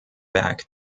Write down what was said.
back